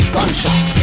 Gunshot